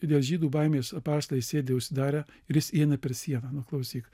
dėl žydų baimės apaštalai sėdi užsidarę ir jis įeina per sienąnu klausyk